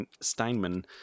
Steinman